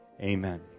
Amen